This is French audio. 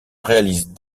réalise